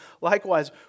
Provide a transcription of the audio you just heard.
likewise